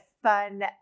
Fun